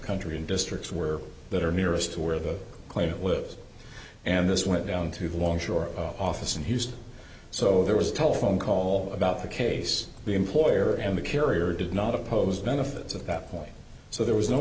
country in districts where that are nearest to where the claimant lives and this went down to the long shore office in houston so there was a telephone call about the case the employer and the carrier did not oppose benefits at that point so there was no